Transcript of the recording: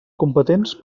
competents